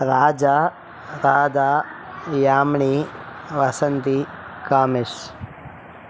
Raja Radha Yamini Vasanthi Kamesh